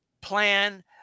plan